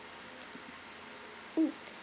mm